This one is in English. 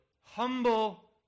humble